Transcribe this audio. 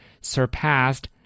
surpassed